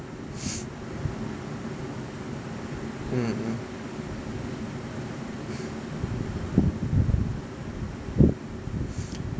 mm mm